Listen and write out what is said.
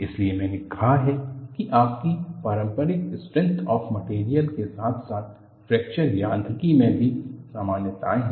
इसीलिए मैंने कहा कि आपकी पारंपरिक स्ट्रेंथ ऑफ मटेरियल के साथ साथ फ्रैक्चर यांत्रिकी में भी समानताएं हैं